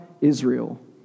Israel